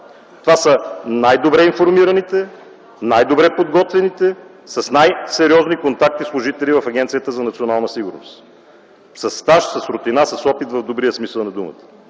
Това са най-добре информираните, най-добре подготвените, с най-сериозни контакти служители в Агенцията за национална сигурност – със стаж, с рутина, с опит в добрия смисъл на думата.